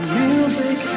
music